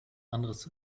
anderes